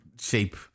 shape